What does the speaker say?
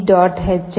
ஹெச்சை TextLCD